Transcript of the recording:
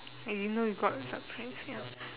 y~ you know you got some friends ya